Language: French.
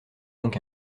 donc